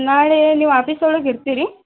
ನಾಳೇ ನೀವು ಆಪೀಸ್ ಒಳಗೆ ಇರ್ತಿರ ರೀ